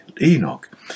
Enoch